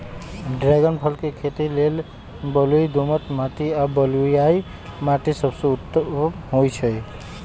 dragon फल के खेती लेल बलुई दोमट माटी आ बलुआइ माटि सबसे उत्तम होइ छइ